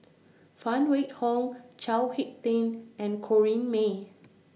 Phan Wait Hong Chao Hick Tin and Corrinne May